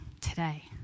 today